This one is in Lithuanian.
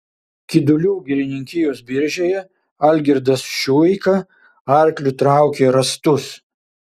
kidulių girininkijos biržėje algirdas šiuika arkliu traukė rąstus